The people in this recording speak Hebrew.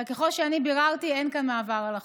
אבל ככל שאני ביררתי אין כאן מעבר על החוק.